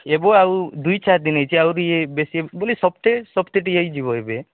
ଏବେ ଆଉ ଦୁଇ ଚାରି ଦିନ ହୋଇଛି ଆହୁରି ବେଶୀ ବୋଲି ସପ୍ତାହେ ସପ୍ତାହଟେ ହେଇ ଯିବ ଏବେ